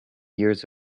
years